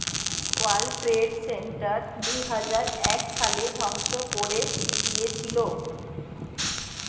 world Trade Center দুইহাজার এক সালে ধ্বংস করে দিয়েছিলো